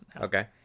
Okay